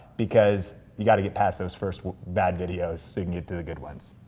because you gotta get past those first bad videos so you can get to the good ones.